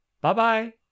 Bye-bye